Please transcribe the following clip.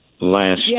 last